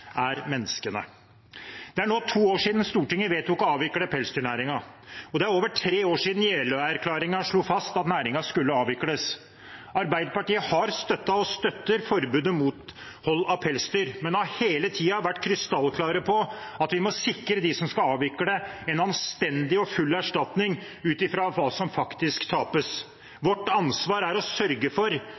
er menneskene. Det er nå to år siden Stortinget vedtok å avvikle pelsdyrnæringen, og det er over tre år siden Jeløya-erklæringen slo fast at næringen skulle avvikles. Arbeiderpartiet har støttet og støtter forbudet mot hold av pelsdyr, men har hele tiden vært krystallklare på at vi må sikre dem som skal avvikle, en anstendig og full erstatning ut fra hva som faktisk tapes. Vårt ansvar er å sørge for